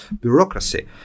bureaucracy